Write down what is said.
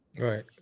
right